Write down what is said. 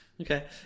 Okay